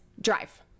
drive